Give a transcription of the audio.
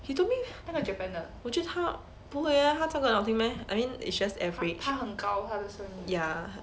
hitomi 我觉得他不会 ah 他唱歌很好听 meh I mean it's just average ya